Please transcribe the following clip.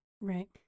Right